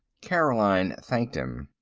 caroline thanked him.